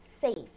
safe